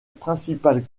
principale